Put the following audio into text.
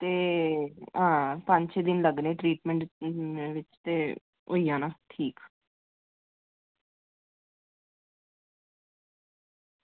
ते आं पंज छे दिन लग्गने ट्रीटमेंट ते होई जाना ठीक